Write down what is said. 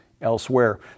elsewhere